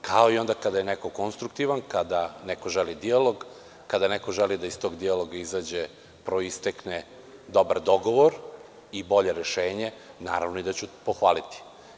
Kao i onda kada je neko konstruktivan, kada neko želi dijalog, kada neko želi da iz tog dijaloga izađe i proistekne dobar dogovor i bolje rešenje, naravno da ću pohvaliti.